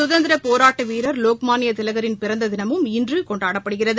சுதந்திரப் போரட்ட வீரர் லோக்மானிய திலகரின் பிறந்த தினமும் இன்று கொண்டாடப்படுகிறது